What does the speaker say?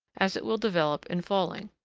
as it will develop in falling.